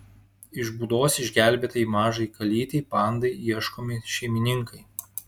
iš būdos išgelbėtai mažai kalytei pandai ieškomi šeimininkai